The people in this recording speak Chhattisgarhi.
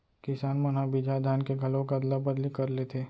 किसान मन ह बिजहा धान के घलोक अदला बदली कर लेथे